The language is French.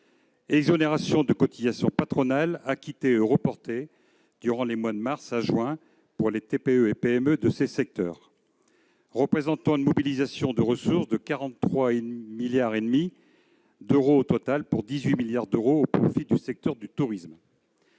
exonérations de cotisations patronales acquittées ou reportées durant les mois de mars à juin pour les TPE et PME de ces secteurs. Cela représente une mobilisation de ressources de 43,5 milliards d'euros au total, dont 18 milliards d'euros au profit du secteur du tourisme.